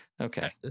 Okay